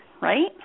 right